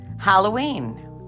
Halloween